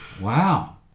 wow